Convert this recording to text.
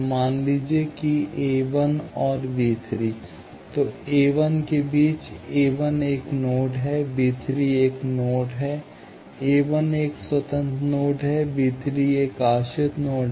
मान लीजिए कि a1 और b3 तो a1 के बीच a1 एक नोड है b3 एक नोड है a1 एक स्वतंत्र नोड है b3 एक आश्रित नोड है